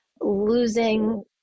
losing